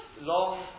long